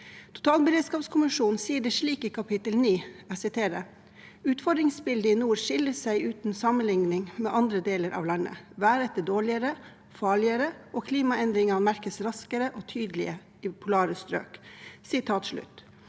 Totalberedskapskommisjonen sier det slik i kapittel 9: «Utfordringsbildet i nord skiller seg ut sammenliknet med andre deler av landet. Været er dårligere og farligere og klimaendringene merkes raskere og tydeligere i polare strøk.»